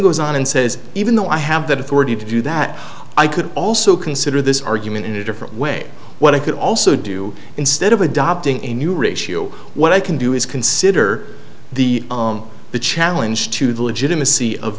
goes on and says even though i have the authority to do that i could also consider this argument in a different way what i could also do instead of adopting a new ratio what i can do is consider the challenge to the legitimacy of